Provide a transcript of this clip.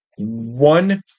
One